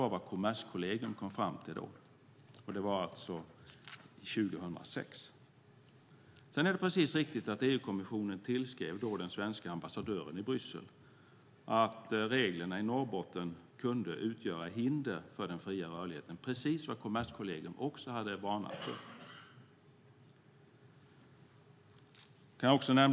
Det kom Kommerskollegium fram till då, och det var alltså 2006. Sedan är det riktigt att EU-kommissionen tillskrev den svenska ambassadören i Bryssel och påpekade att reglerna i Norrbotten kunde utgöra hinder för den fria rörligheten, det vill säga precis det som Kommerskollegium också hade varnat för.